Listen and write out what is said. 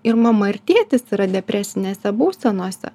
ir mama ir tėtis yra depresinėse būsenose